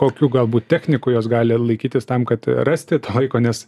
kokių galbūt technikų jos gali laikytis tam kad rasti laiko nes